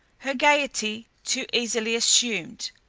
her gaiety too easily assumed.